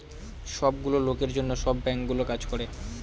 সব গুলো লোকের জন্য সব বাঙ্কগুলো কাজ করে